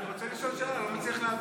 אני רוצה לשאול שאלה, אני לא מצליח להבין.